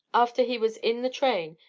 after he was in the train,